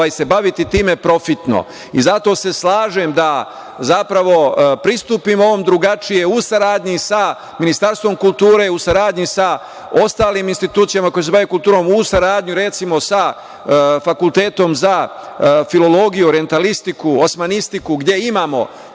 se baviti time profitno i zato se slažem da zapravo pristupimo ovom drugačije u saradnji sa Ministarstvom kulture, u saradnji sa ostalim institucijama koje se bave kulture, u saradnji, recimo, sa Fakultetom za filologiju, rentalistiku, osmanistiku, gde imamo